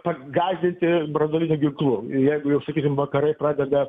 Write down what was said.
pagąsdinti branduoliniu ginklu jeigu jau sakykim vakarai pradeda